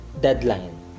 deadline